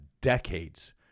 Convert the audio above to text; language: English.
decades